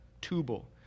Tubal